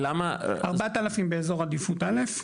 4,000 באזור עדיפות א',